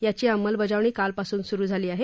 याची अंमलंबजावणी काल पासून सुरु झाली आहे